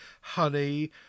honey